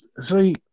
See